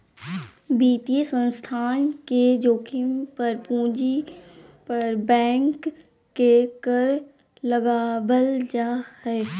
वित्तीय संस्थान के जोखिम पर पूंजी पर बैंक के कर लगावल जा हय